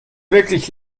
wirklich